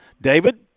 David